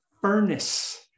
furnace